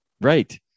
right